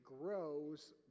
grows